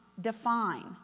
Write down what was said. define